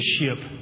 leadership